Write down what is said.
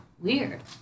Weird